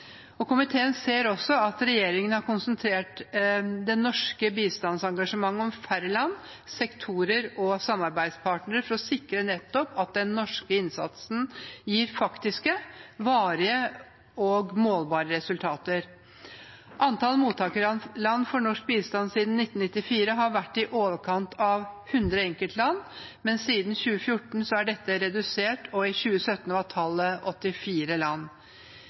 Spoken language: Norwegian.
Komiteen ser også at regjeringen har konsentrert det norske bistandsengasjementet om færre land, sektorer og samarbeidspartnere, for nettopp å sikre at den norske innsatsen gir faktiske, varige og målbare resultater. Antall mottakerland for norsk bistand har siden 1994 vært i overkant av 100 enkeltland, men siden 2014 er dette redusert, og i 2017 var tallet 84 land.